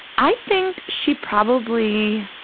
i think she probably,